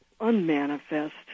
unmanifest